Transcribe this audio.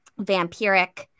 vampiric